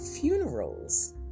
funerals